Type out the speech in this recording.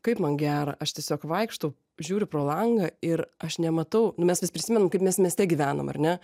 kaip man gera aš tiesiog vaikštau žiūriu pro langą ir aš nematau nu mes vis prisimenam kaip mes mieste gyvenam ar ne